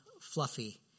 fluffy